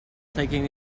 taking